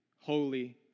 holy